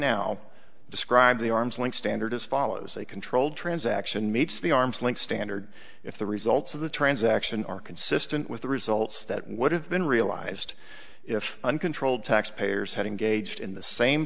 now describe the arm's length standard as follows a controlled transaction meets the arm's length standard if the results of the transaction are consistent with the results that would have been realized if uncontrolled tax payers hadn't gauged in the same